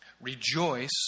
rejoice